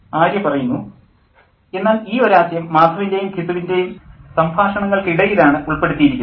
ആര്യ എന്നാൽ ഈ ഒരാശയം മാധവിൻ്റെയും ഘിസുവിൻ്റെയും സംഭാഷണങ്ങൾക്ക് ഇടയിലാണ് ഉൾപ്പെടുത്തിയിരിക്കുന്നത്